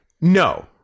No